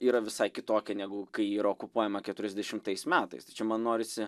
yra visai kitokia negu kai yra okupuojama keturiasdešimtais metais tai čia man norisi